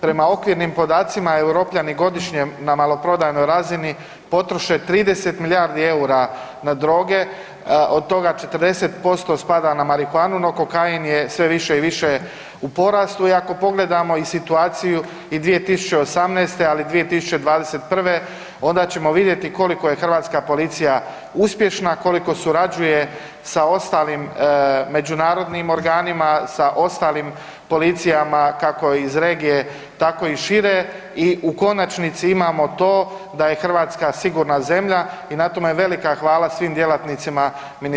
Prema okvirnim podacima Europljani godišnje na maloprodajnoj razini potroše 30 milijardi EUR-a na droge od toga 40% spada na marihuanu, no kokain je sve više i više u porastu i ako pogledamo i situaciju i 2018., ali 2021. onda ćemo vidjeti koliko je hrvatska policija uspješna, koliko surađuje sa ostalim međunarodnim organima, sa ostalim policijama kako iz regije tako i šire i u konačnici imamo to da je Hrvatska sigurna zemlja i na tome velika hvala svim djelatnicima MUP-a.